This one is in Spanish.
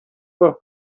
por